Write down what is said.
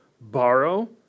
borrow